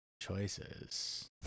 choices